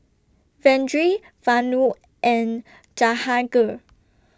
Vedre Vanu and Jahangir